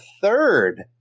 third